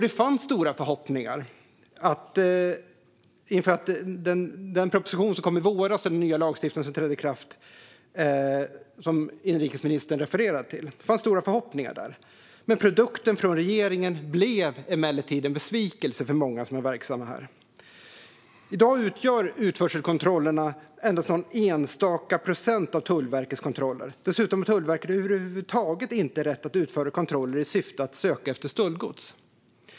Det fanns därför stora förhoppningar på den proposition och lagstiftning som inrikesministern refererade till. Produkten från regeringen blev emellertid en besvikelse för många verksamma. I dag utgör utförselkontrollerna endast någon enstaka procent av Tullverkets kontroller. Dessutom har Tullverket över huvud taget inte rätt att utföra kontroller i syfte att söka efter stöldgods.